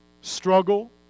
struggle